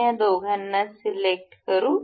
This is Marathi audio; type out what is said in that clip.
आपण या दोघांना सिलेक्ट करू